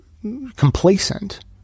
complacent